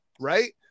right